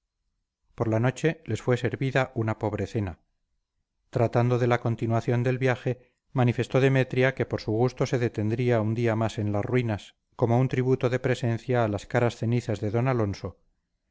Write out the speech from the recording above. por la noche les fue servida una pobre cena tratando de la continuación del viaje manifestó demetria que por su gusto se detendría un día más en las ruinas como un tributo de presencia a las caras cenizas de d alonso